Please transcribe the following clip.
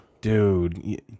Dude